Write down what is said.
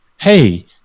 Hey